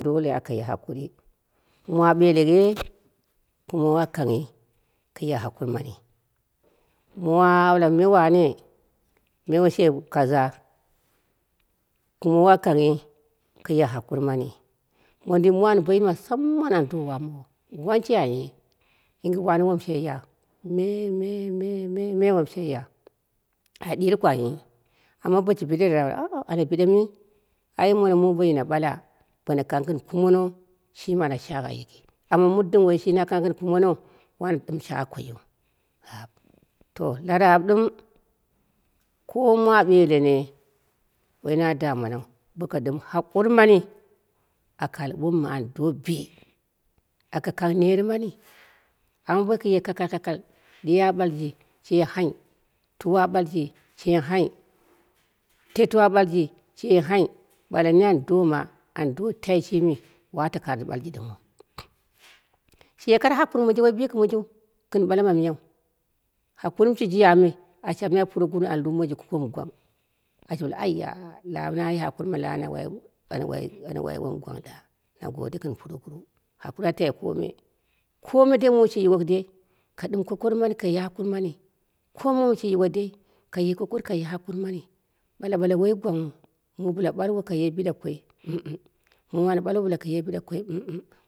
Dole aka ye hakuri, mun a ɓeleye kumowo a kanghi kaye hakuri mani, muu a ɓale me wane me woshe kaza, kumowo a kanghi kaye hakuri mani mondin muu an yilma musamman an do wamowo, wanshe ai nye yingu wane wom she ya me me me me wom she ya kai ɗiroko ane amma boshi biɗereraru aa ana biɗe mi ai mona ɗɨm shagna koiyiu ab, na raab ɗɨm ko muu a ɓelene woi na dananau, boko ɗɨm hakuri mani aka al wom ando bii aka kang neeɨ mani amma bokoye ka kakakal ɗe a ɓalji she hai tu wa a ɓalji sheye hai tewa a ɓaiji shiye hai tetuwa a ɓalji shiye hai ɓala nini an doma an do tai shimi wato kare ɓalmaitiu shiye koro hakuri woi bikɨmonjiu gɨu ɓala ma miyau hakuri mɨ shiji yu me ashi almai puroguruwu an lumaji ko goko mɨ gwang ashi ɓalmai aiya la naya hakuri me a wai ana wai ana wai wom gwang ɗa na gode gɨn puroguruwu abu atai komei kome muu shi yiwo dei, ka ɗɨm kokori mani ka yapɨmani kome muum sai yiwo dei kaye kokoki ka yapɨmani ɓala ɓala woi gwangwu muu bɨla ɓalwo kaye biɗa koi bɨlu ɓalwo kaye biɗa koi,